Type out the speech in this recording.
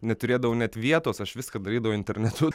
neturėdavau net vietos aš viską darydavau internetu